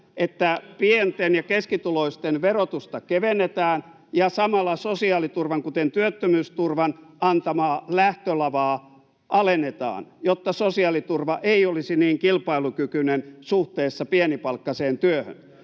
että pienten ja keskituloisten verotusta kevennetään ja samalla sosiaaliturvan, kuten työttömyysturvan, antamaa lähtölavaa alennetaan, jotta sosiaaliturva ei olisi niin kilpailukykyinen suhteessa pienipalkkaiseen työhön.